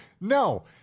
No